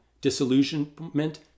Disillusionment